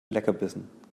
leckerbissen